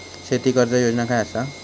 शेती कर्ज योजना काय असा?